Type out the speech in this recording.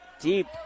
deep